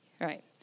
Right